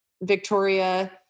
Victoria